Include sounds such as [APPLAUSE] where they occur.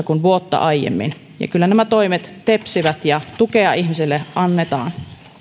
[UNINTELLIGIBLE] kuin vuotta aiemmin kyllä nämä toimet tepsivät ja tukea ihmisille annetaan